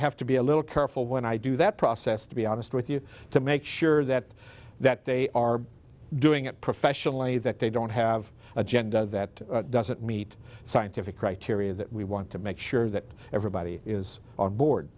have to be a little careful when i do that process to be honest with you to make sure that that they are doing it professionally that they don't have an agenda that doesn't meet scientific criteria that we want to make sure that everybody is on board